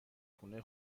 خونه